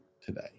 today